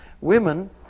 Women